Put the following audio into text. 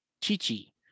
Chichi